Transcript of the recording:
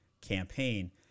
campaign